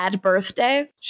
birthday